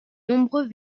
nombreux